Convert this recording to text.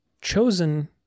chosen